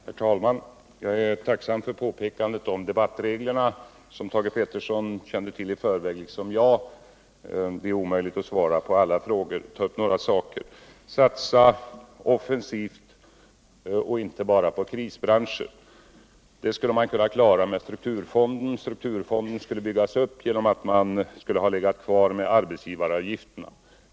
Herr talman! Jag är tacksam för påpekandet om debattreglerna, som Thage Peterson kände till i förväg liksom jag. Det är omöjligt att svara på alla Thage Petersons frågor — jag skall ta upp några. Satsa offensivt och inte bara på krisbranscher, sade Thage Peterson. Det skulle man ha kunnat klara med strukturfonden. Den skulle byggas upp genom att man skulle ha haft kvar arbetsgivaravgifterna.